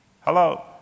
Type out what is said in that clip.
Hello